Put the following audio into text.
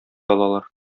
алалар